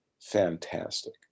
fantastic